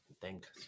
Thanks